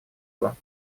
его